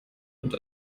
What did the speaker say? mit